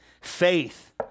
Faith